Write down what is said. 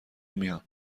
میان